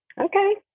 Okay